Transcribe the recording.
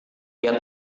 dia